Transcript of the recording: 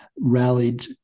rallied